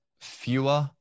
fewer